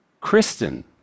Kristen